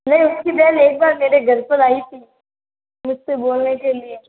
नहीं उसकी बहन एक बार मेरे घर पर आई थी मुझ से बोलने के लिए